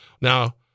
Now